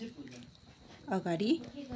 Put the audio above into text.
अगाडि